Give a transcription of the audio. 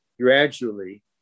gradually